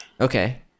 Okay